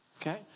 Okay